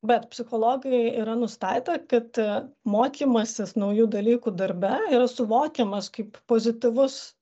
bet psichologai yra nustatę kad mokymasis naujų dalykų darbe yra suvokiamas kaip pozityvus